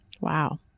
Wow